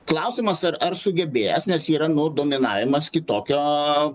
klausimas ar ar sugebės nes yra nu dominavimas kitokio